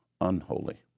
unholy